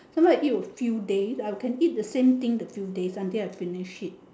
sometime I eat a few days I can eat the same thing the few days until I finish it